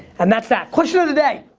and that's that, question of the day.